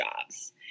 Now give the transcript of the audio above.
jobs